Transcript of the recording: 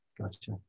Gotcha